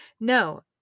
No